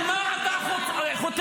על מה אתה חותם?